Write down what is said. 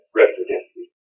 residency